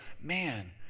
man